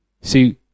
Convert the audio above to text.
See